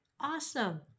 awesome